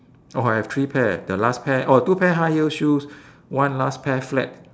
oh I have three pair the last pair oh two pair high heel shoes one last pair flat